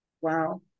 Wow